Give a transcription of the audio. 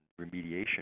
remediation